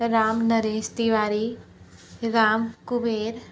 Ram Naresh Tiwari Ram Kuber